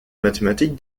mathématique